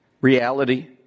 reality